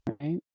right